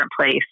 place